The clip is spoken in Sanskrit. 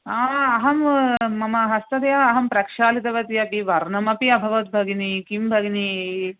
अहं मम हस्ततया अहं प्रक्षालितवति अपि वर्णमपि अभवत् भगिनी किं भगिनी